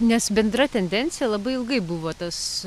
nes bendra tendencija labai ilgai buvo tas